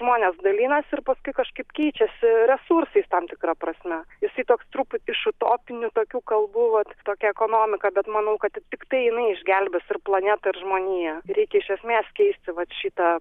žmonės dalinasi ir paskui kažkaip keičiasi resursais tam tikra prasme jisai toks truputį iš utopinių tokių kalbų vat tokia ekonomika bet manau kad tiktai jinai išgelbės ir planetą ir žmoniją reikia iš esmės keisti vat šitą